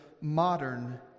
modern